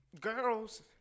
girls